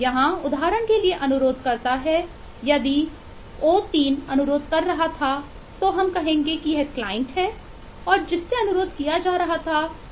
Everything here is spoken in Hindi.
यहाँ उदाहरण के लिए अनुरोध करता है यदि ओ 3 कहा जाता है